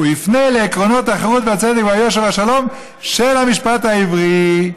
הוא יפנה לעקרונות החירות והצדק והיושר והשלום של המשפט העברי.